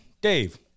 dave